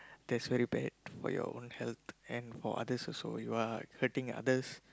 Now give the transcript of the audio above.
that's very bad for your own health and for other also you are hurting others